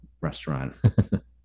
restaurant